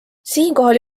siinkohal